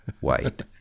white